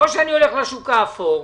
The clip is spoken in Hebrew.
או שאני הולך לשוק האפור,